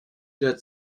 der